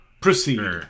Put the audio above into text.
Proceed